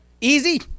Easy